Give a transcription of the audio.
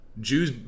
Jews